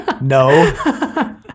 No